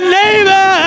neighbor